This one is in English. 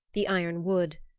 the iron wood.